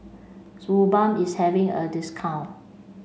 Suu Balm is having a discount